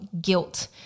guilt